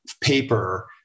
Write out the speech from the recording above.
paper